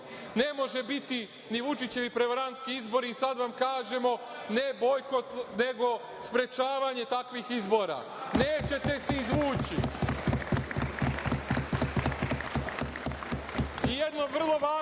Ne može biti ni Vučićevi prevarantski izbori i sada vam kažem ne bojkot, nego sprečavanje takvih izbora. Nećete se izvući. Jedna